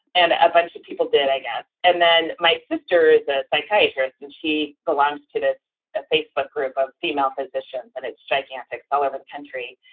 and a bunch of people did, i guess. and then my sister is a psychiatrist and she belongs to this ah facebook group of female physicians, and it's gigantic all over the country.